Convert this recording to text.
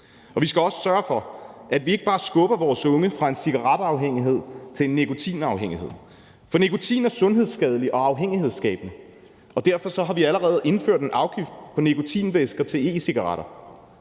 Vi skal også sørge for, at vi ikke bare skubber vores unge fra en cigaretafhængighed til en nikotinafhængighed, for nikotin er sundhedsskadelig og afhængighedsskabende, og derfor har vi allerede indført en afgift på nikotinvæsker til e-cigaretter.